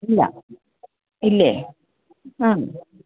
ഇല്ല ഇല്ലെ ആണ്